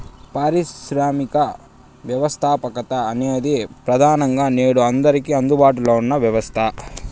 పారిశ్రామిక వ్యవస్థాపకత అనేది ప్రెదానంగా నేడు అందరికీ అందుబాటులో ఉన్న వ్యవస్థ